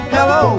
Hello